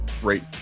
great